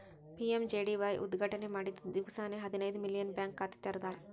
PMJDY ಉದ್ಘಾಟನೆ ಮಾಡಿದ್ದ ದಿವ್ಸಾನೆ ಹದಿನೈದು ಮಿಲಿಯನ್ ಬ್ಯಾಂಕ್ ಖಾತೆ ತೆರದಾರ್